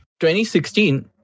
2016